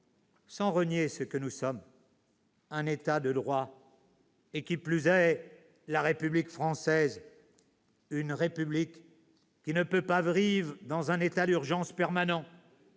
sans renier ce que nous sommes : un État de droit et, qui plus est, la République française, une République qui ne peut pas vivre dans un état d'urgence permanent